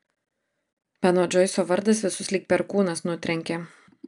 beno džoiso vardas visus lyg perkūnas nutrenkė